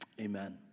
Amen